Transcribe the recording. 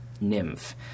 Nymph